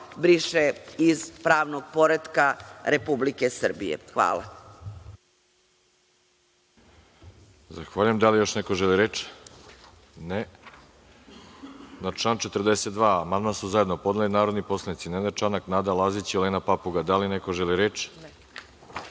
briše iz pravnog poretka Republike Srbije. Hvala.